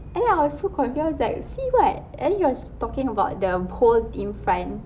and then I was so confused like see what and then he was talking about the hole in front